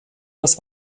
das